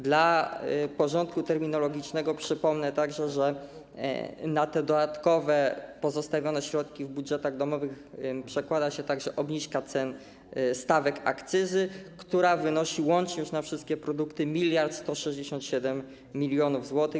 Dla porządku terminologicznego przypomnę także, że na te dodatkowe środki pozostawione w budżetach domowych przekłada się także obniżka cen stawek akcyzy, która wynosi już łącznie na wszystkie produkty 1167 mln zł.